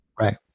Right